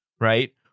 right